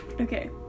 Okay